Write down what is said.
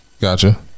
gotcha